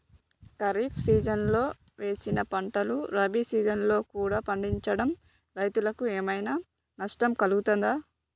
ఖరీఫ్ సీజన్లో వేసిన పంటలు రబీ సీజన్లో కూడా పండించడం రైతులకు ఏమైనా నష్టం కలుగుతదా?